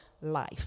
life